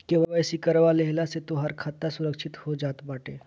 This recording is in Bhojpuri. के.वाई.सी करवा लेहला से तोहार खाता सुरक्षित हो जात बाटे